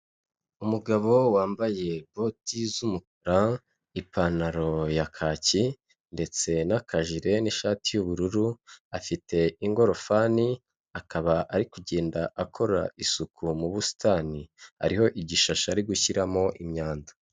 Umugabo wambaye boti z'umukara, ipantaro ya kaki, ndetse n'akajire, n'ishati y'ubururu, afite ingorofani, akaba ari kugenda akora isuku mu busitani, ariho igishashi ari gushyiramo imyanda.